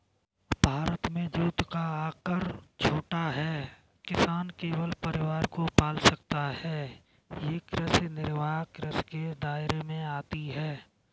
भारत में जोत का आकर छोटा है, किसान केवल परिवार को पाल सकता है ये कृषि निर्वाह कृषि के दायरे में आती है